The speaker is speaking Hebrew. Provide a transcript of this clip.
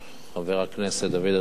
חבר הכנסת דוד אזולאי,